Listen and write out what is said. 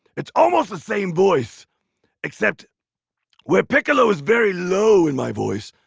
it's almost the same voice except where piccolo is very low in my voice.